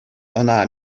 ӑна